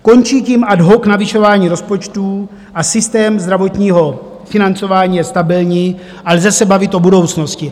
Končí tím ad hoc navyšování rozpočtů a systém zdravotního financování je stabilní a lze se bavit o budoucnosti.